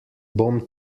bom